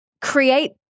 create